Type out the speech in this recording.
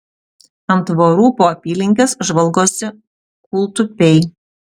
ant tvorų po apylinkes žvalgosi kūltupiai